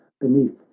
beneath